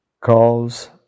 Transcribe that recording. calls